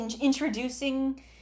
introducing